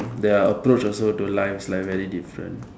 their approach also to life like very different